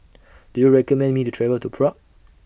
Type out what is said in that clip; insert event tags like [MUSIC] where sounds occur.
[NOISE] Do YOU recommend Me to travel to Prague